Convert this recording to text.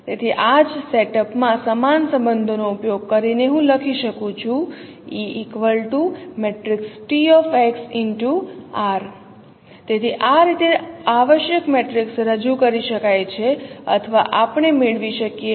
તેથી આ જ સેટઅપ માં સમાન સંબંધોનો ઉપયોગ કરીને હું લખી શકું છું તેથી આ રીતે આવશ્યક મેટ્રિક્સ રજૂ કરી શકાય છે અથવા આપણે મેળવી શકીએ છીએ